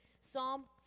Psalm